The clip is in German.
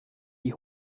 die